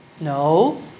No